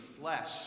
flesh